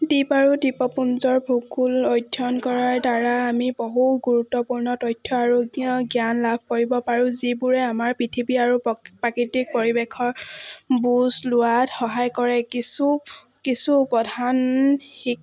দ্বীপ আৰু দ্বীপপুঞ্জৰ ভূগোল অধ্যয়ন কৰাৰদ্বাৰা আমি বহু গুৰুত্বপূৰ্ণ তথ্য আৰু জ্ঞান লাভ কৰিব পাৰোঁ যিবোৰে আমাৰ পৃথিৱী আৰু প্ৰাকৃতিক পৰিৱেশৰ বুজ লোৱাত সহায় কৰে কিছু কিছু প্ৰধান শিক